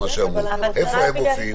איפה הם מופיעים?